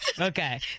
Okay